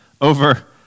over